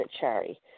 Cherry